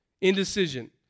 Indecision